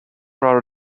rather